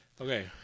Okay